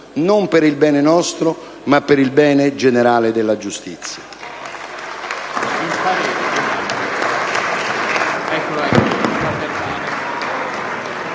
non per il bene nostro, ma per il bene generale della giustizia.